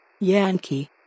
Yankee